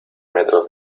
metros